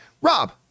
Rob